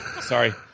sorry